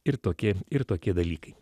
ir tokie ir tokie dalykai